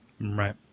Right